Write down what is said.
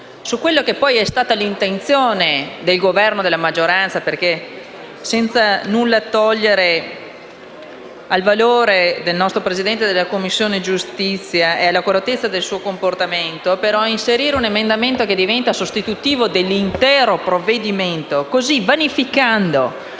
e proprio confronto sull'intenzione del Governo e della maggioranza, senza nulla togliere al valore del Presidente della Commissione giustizia e alla correttezza del suo comportamento. Si è voluto inserire un emendamento che diventa sostitutivo dell'intero provvedimento, così vanificando